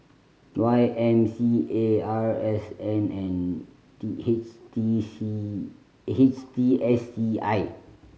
Y M C A R S N and T H T C H T S C I